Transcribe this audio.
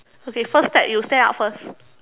okay first step you stand up first